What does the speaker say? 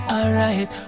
Alright